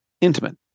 intimate